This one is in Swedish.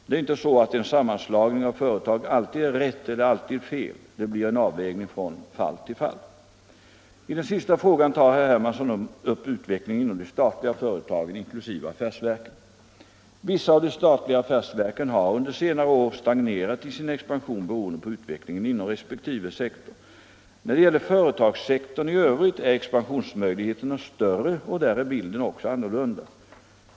Det är inte så att en sammanslagning av företag alltid är rätt eller alltid är fel — det blir en avvägning från fall till fall. I den sistä frågan tar herr Hermansson upp utvecklingen inom de statliga företagen inkl. affärsverken. Vissa av de statliga affärsverken har under senare år stagnerat i sin expansion beroende på utvecklingen inom resp. sektor. När det gäller företagssektorn i övrigt är expansionsmöjligheterna större, och där är bilden också annorlunda.